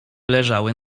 leżały